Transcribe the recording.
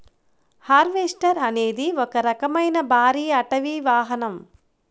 harvester అనేది ఒక రకమైన భారీ అటవీ వాహనం